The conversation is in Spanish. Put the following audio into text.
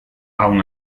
aun